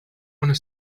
one